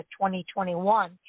2021